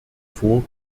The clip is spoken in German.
vor